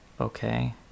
okay